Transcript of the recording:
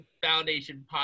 Foundation